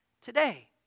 today